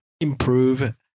improve